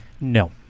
No